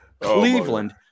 Cleveland